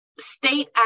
state